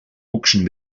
auction